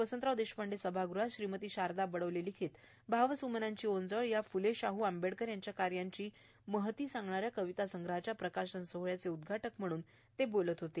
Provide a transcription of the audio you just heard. Vasantrao Deshpande hall येथे श्रीमती शारदा बडोले लिखित भावसूमनांची ओंजळ या फ्ले शाह आंबेडकर यांच्या कार्याची महती सांगणा या कवितासंग्रहाच्या प्रकाशन सोहळ्याचे उद्घाटक म्हणून ते बोलत होते